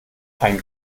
einen